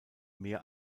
mehr